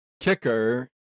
kicker